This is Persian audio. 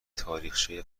تاریخچه